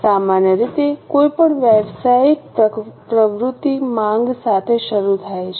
સામાન્ય રીતે કોઈપણ વ્યવસાયિક પ્રવૃત્તિ માંગ સાથે શરૂ થાય છે